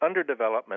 underdevelopment